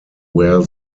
where